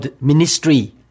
ministry